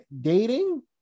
dating